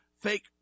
fake